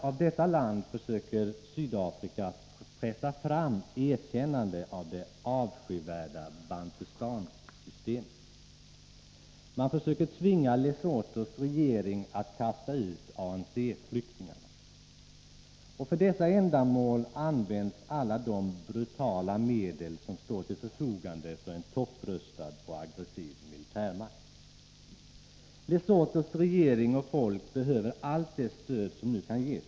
Av detta land försöker Sydafrika pressa fram erkännande av det avskyvärda Bantustans-systemet. Man försöker tvinga Lesothos regering att kasta ut ANC-flyktingarna. För dessa ändamål används alla de brutala medel som står till förfogande för en topprustad och aggressiv militärmakt. Lesothos regering och folk behöver allt det stöd som nu kan ges.